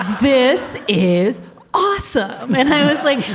this is awesome and i was like.